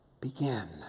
begin